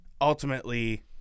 ultimately